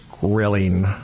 grilling